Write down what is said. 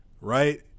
right